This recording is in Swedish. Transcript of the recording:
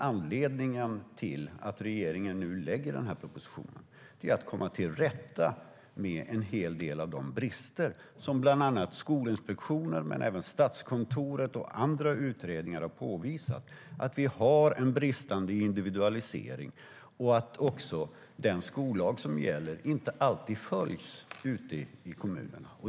Anledningen till att regeringen lägger fram propositionen är att man vill komma till rätta med en hel del av de brister som bland annat Skolinspektionen och även Statskontoret och andra har påvisat. Det råder en bristande individualisering, och gällande skollag följs inte alltid ute i kommunerna.